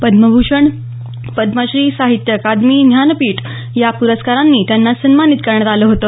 पद्मभूषण पद्श्री साहित्य अकादमी ज्ञानपीठ ह्या पुरस्कारांनी त्यांना सन्मानित करण्यात आलं होते